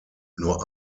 nur